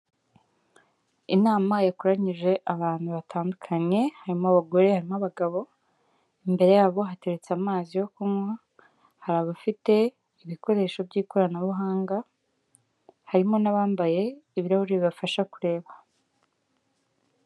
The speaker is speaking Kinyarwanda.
Inama yakoranyije abantu batandukanye harimo abagore harimo abagabo, imbere yabo hateretse amazi yo kunywa hari abafite ibikoresho by'ikoranabuhanga harimo n'abambaye ibirahuri bibafasha kureba.